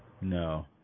No